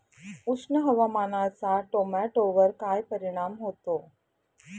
उष्ण हवामानाचा टोमॅटोवर काय परिणाम होतो?